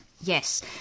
Yes